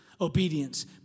obedience